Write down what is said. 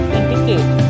indicate